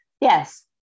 Yes